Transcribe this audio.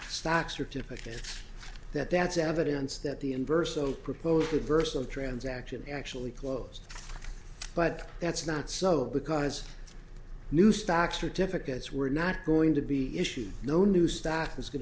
stock certificate that that's evidence that the inverse so proposed reverse the transaction actually closed but that's not so because new stock certificates were not going to be issued no new stock was going to